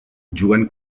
juguen